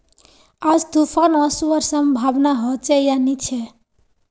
आज तूफ़ान ओसवार संभावना होचे या नी छे?